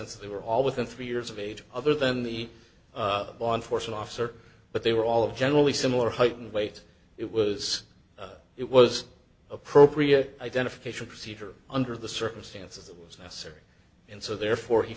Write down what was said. they were all within three years of age other than the law enforcement officer but they were all of generally similar height and weight it was it was appropriate identification procedure under the circumstances it was necessary and so therefore he